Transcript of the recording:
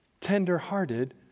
tenderhearted